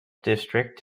district